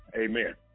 Amen